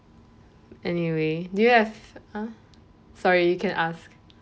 anyway do you have uh sorry you can ask